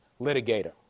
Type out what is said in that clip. litigator